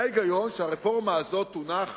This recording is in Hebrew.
היה הגיוני שהרפורמה הזאת תונח